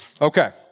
Okay